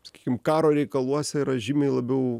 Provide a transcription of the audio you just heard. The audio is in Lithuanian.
sakykim karo reikaluose yra žymiai labiau